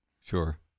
sure